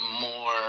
more